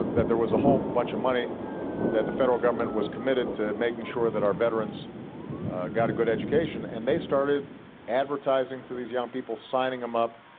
that there was a whole bunch of money that the federal government was committed to making sure that our veterans got a good education, and they started advertising to these young people, signing them up,